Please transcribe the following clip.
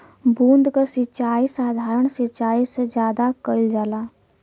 बूंद क सिचाई साधारण सिचाई से ज्यादा कईल जाला